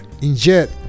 Injet